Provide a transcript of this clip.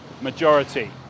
majority